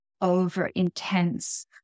over-intense